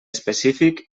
específic